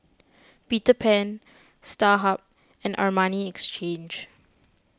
Peter Pan Starhub and Armani Exchange